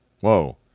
whoa